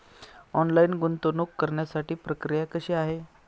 Online गुंतवणूक करण्यासाठी प्रक्रिया कशी आहे?